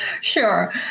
Sure